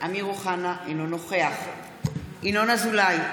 אמיר אוחנה, אינו נוכח ינון אזולאי,